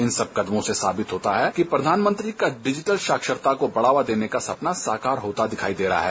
इन सब कदमों से साबित होता है कि प्रधानमंत्री का डिजीटल साक्षरता को बढ़ावा देने का सपना साकार होता दिखाई दे रहा है